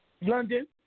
London